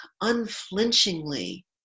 unflinchingly